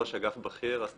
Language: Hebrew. ראש אגף בכיר אסטרטגיה,